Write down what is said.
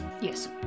Yes